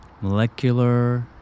Molecular